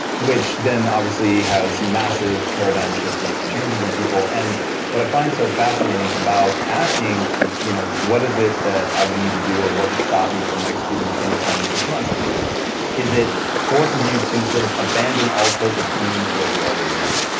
which then obviously has massive paradigm shifting changes in people and what i find so fascinating about asking you know what is it that i would need to do or what would stop me from executing a ten year plan in six months is it forces you to sort of abandon all hope of clinging to what you already know.